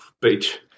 Beach